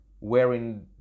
wearing